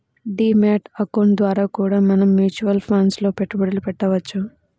D mat account ద్వారా కూడా మనం మ్యూచువల్ ఫండ్స్ లో పెట్టుబడులు పెట్టవచ్చు